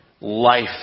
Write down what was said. life